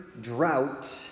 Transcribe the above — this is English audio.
drought